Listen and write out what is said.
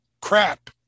crap